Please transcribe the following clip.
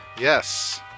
Yes